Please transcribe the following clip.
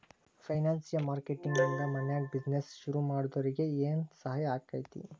ಫೈನಾನ್ಸಿಯ marketing ನಿಂದಾ ಮನ್ಯಾಗ್ business ಶುರುಮಾಡ್ದೊರಿಗೆ ಏನ್ಸಹಾಯಾಕ್ಕಾತಿ?